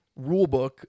rulebook